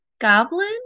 Goblin